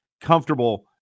comfortable